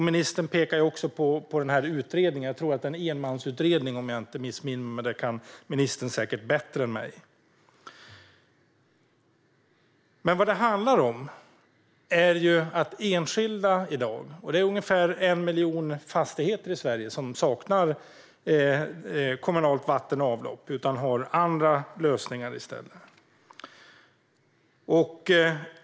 Ministern pekar på utredningen. Det är en enmansutredning, om jag inte missminner mig. Det kan ministern säkert bättre än jag. Ungefär 1 miljon fastigheter i Sverige saknar kommunalt vatten och avlopp och har andra lösningar i stället.